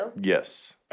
Yes